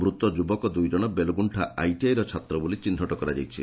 ମୃତ ଯୁବକ ଦୁଇ ଜଶ ବେଲଗୁଶ୍ଷା ଆଇଟିଆଇର ଛାତ୍ର ବୋଲି ଚିହ୍ବଟ କରାଯାଇଛି